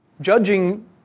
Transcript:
judging